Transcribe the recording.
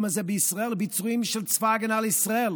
הזה בישראל היא בביצועים של צבא ההגנה לישראל,